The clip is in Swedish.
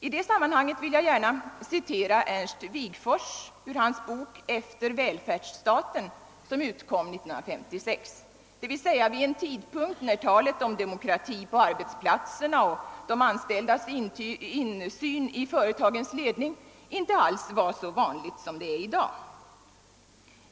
I detta sammanhang vill jag gärna citera ur Ernst Wigforss bok »Efter välfärdsstaten« som utkom 1956, d.v.s. vid en tidpunkt när talet om demokrati på arbetsplatserna och de anställdas insyn i företagens ledning inte alls var så vanligt som i dag.